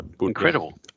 incredible